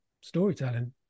storytelling